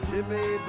Jimmy